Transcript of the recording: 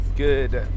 Good